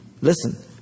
Listen